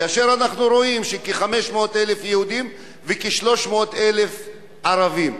כאשר אנחנו רואים כ-500,000 יהודים וכ-300,000 ערבים.